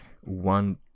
one